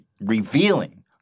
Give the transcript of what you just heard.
revealing